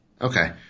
Okay